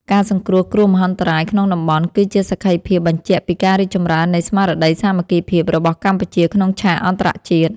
ការសង្គ្រោះគ្រោះមហន្តរាយក្នុងតំបន់ គឺជាសក្ខីភាពបញ្ជាក់ពីការរីកចម្រើននៃស្មារតីសាមគ្គីភាពរបស់កម្ពុជាក្នុងឆាកអន្តរជាតិ។